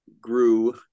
grew